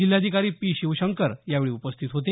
जिल्हाधिकारी पी शिवशंकर यावेळी उपस्थित होते